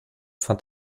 fand